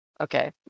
Okay